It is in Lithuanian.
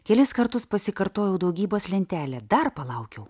kelis kartus pasikartojau daugybos lentelę dar palaukiau